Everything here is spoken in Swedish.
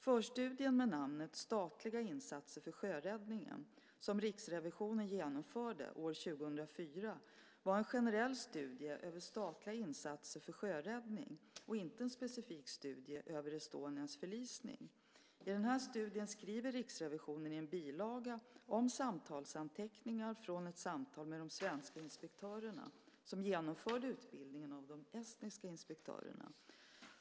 Förstudien med namnet Statliga insatser för sjöräddningen , som Riksrevisionen genomförde år 2004, var en generell studie över statliga insatser för sjöräddning och inte en specifik studie över M/S Estonias förlisning. I den här studien skriver Riksrevisionen i en bilaga om samtalsanteckningar från ett samtal med de svenska inspektörerna som genomförde utbildningen av de estniska inspektörerna.